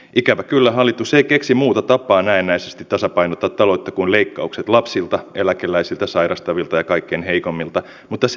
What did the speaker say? ikävä kyllä hallitus ei keksi muuta tapaa näennäisesti tasapainottaa taloutta kun leikkaukset lapsilta eläkeläisiltä sairastavilta kaiken heikommilta arvoisa puhemies